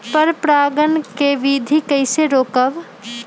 पर परागण केबिधी कईसे रोकब?